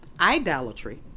idolatry